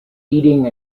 eating